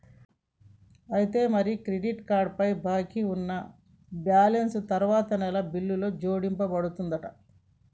అయితే మరి credit card పై బాకీ ఉన్న బ్యాలెన్స్ తరువాత నెల బిల్లుకు జోడించబడుతుందంట